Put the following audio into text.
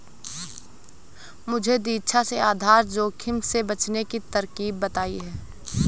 मुझे दीक्षा ने आधार जोखिम से बचने की तरकीब बताई है